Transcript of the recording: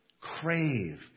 crave